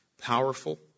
powerful